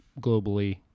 globally